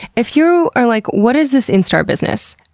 if you are like, what is this instar business?